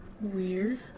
Weird